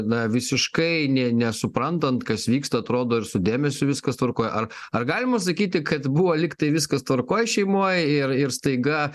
na visiškai nė nesuprantant kas vyksta atrodo ir su dėmesiu viskas tvarkoj ar ar galima sakyti kad buvo lygtai viskas tvarkoj šeimoj ir ir staiga